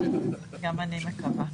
גם אני מקווה.